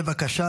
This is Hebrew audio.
בבקשה.